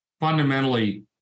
fundamentally